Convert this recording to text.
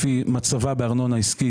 לפי מצבה בארנונה עסקית,